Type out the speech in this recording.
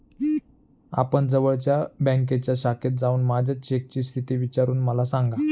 आपण जवळच्या बँकेच्या शाखेत जाऊन माझ्या चेकची स्थिती विचारून मला सांगा